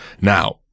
Now